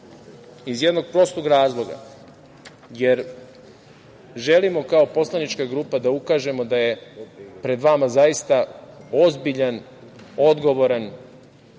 iz jednog prostog razloga, jer želimo kao poslanička grupa da ukažemo da je pred vama zaista ozbiljan, odgovoran,